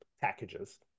packages